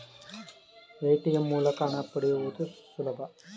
ATM ಮೂಲಕ ಹಣ ಪಡೆಯುವುದು ಸುಲಭ